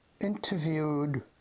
interviewed